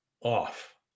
off